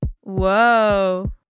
Whoa